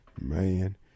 Man